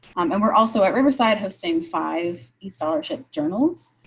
um and we're also at riverside hosting five scholarship journals.